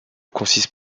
consiste